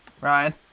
Ryan